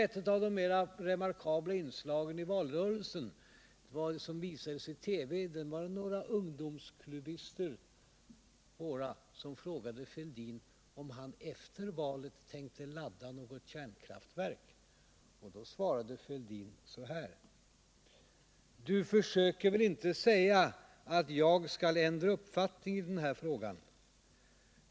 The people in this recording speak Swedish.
Ett av de mer remarkabla inslagen i valrörelsen, som visades i TV, var när några av våra ungdomsklubbister frågade herr Fälldin, om han efter valet tänkte ladda något kärnkraftverk. Då svarade herr Fälldin så här: ”Du försöker väl inte säga att jag skall ändra uppfattning i den här frågan.